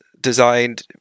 designed